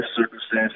circumstances